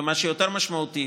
ומה שיותר משמעותי,